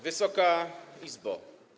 Wysoka Izbo!